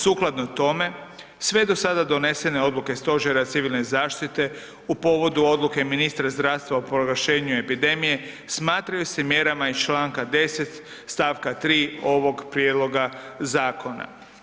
Sukladno tome, sve do sada donesene odluke Stožera civilne zaštite u povodu odluke ministra zdravstva o proglašenju epidemije smatraju se mjerama iz čl. 10. st. 3. ovog prijedloga zakona.